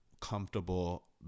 comfortable